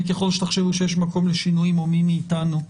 וככל שתחשבו שיש מקום לשינויים או מי מאתנו,